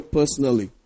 personally